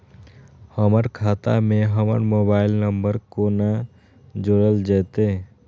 हमर खाता मे हमर मोबाइल नम्बर कोना जोरल जेतै?